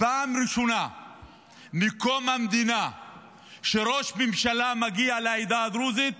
פעם ראשונה מקום המדינה שראש ממשלה מגיע לעדה הדרוזית